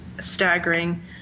staggering